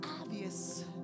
obvious